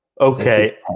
Okay